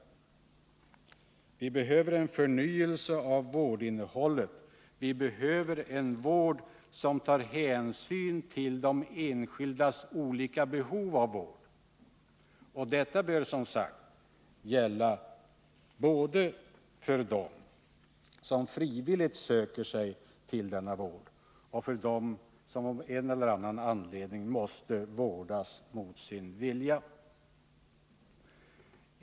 Vi behöver en förnyelse av vårdinnehållet. Vi behöver en vård som tar hänsyn till de enskildas olika behov av vård. Detta bör som sagt gälla både för dem som frivilligt söker sig till vården och för dem som av en eller annan anledning måste vårdas mot sin vilja.